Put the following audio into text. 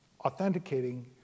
authenticating